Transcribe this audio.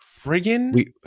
Friggin